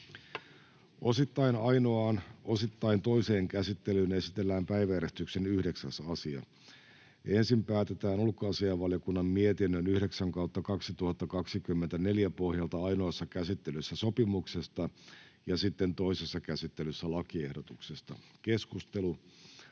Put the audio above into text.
osittain toiseen käsittelyyn esitellään päiväjärjestyksen 9. asia. Ensin päätetään ulkoasiainvaliokunnan mietinnön UaVM 9/2024 vp pohjalta ainoassa käsittelyssä sopimuksesta ja sitten toisessa käsittelyssä lakiehdotuksesta. Osittain